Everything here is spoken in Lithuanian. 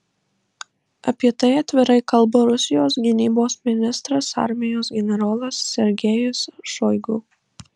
apie tai atvirai kalba rusijos gynybos ministras armijos generolas sergejus šoigu